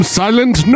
silent